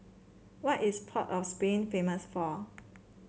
what is Port of Spain famous for